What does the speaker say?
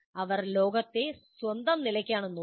അവർ ലോകത്തെ സ്വന്തം നിലയിലാണ് നോക്കുന്നത്